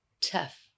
tough